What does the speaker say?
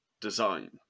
design